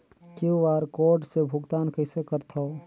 QR code से भुगतान कइसे करथव?